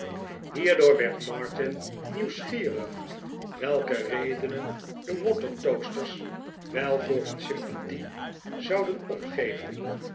hierdoor werd martin nieuwsgierig welke redenen de watertoasters wel voor hun sympathie zouden opgeven